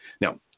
Now